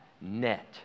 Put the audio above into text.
net